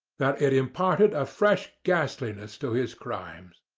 that it imparted a fresh ghastliness to his crimes.